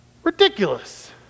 Ridiculous